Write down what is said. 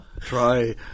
Try